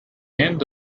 end